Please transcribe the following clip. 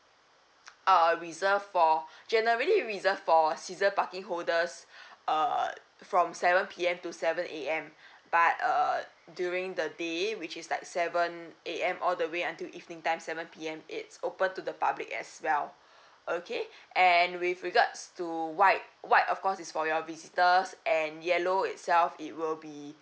uh reserve for generally reserve for season parking holders uh from seven P_M to seven A_M but uh during the day which is like seven A_M all the way until evening time seven P_M it's open to the public as well okay and with regards to white white of course is for your visitors and yellow itself it will be